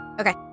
Okay